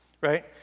right